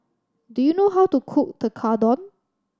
do you know how to cook Tekkadon